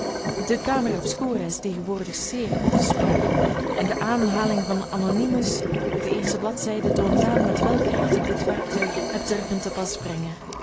de camera obscura is tegenwoordig zeer op de spraak en de aanhaling van anonymus op de eerste bladzijde toont aan met welk recht ik dit werktuig hier heb durven tepasbrengen